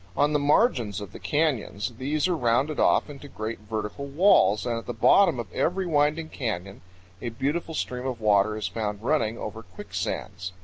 on the margins of the canyons these are rounded off into great vertical walls, and at the bottom of every winding canyon a beautiful stream of water is found running over quicksands.